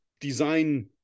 design